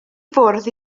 fwrdd